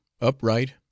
upright